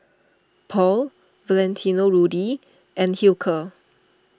Paul Valentino Rudy and Hilker